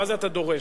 מה זה, אתה דורש?